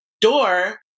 door